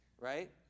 right